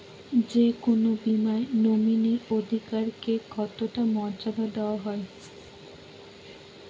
যে কোনো বীমায় নমিনীর অধিকার কে কতটা মর্যাদা দেওয়া হয়?